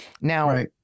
Now